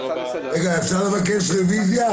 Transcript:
אפשר לבקש רוויזיה?